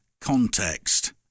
context